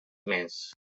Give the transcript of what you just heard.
més